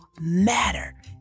matter